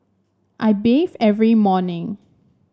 I bathe every morning